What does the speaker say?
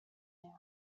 now